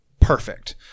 perfect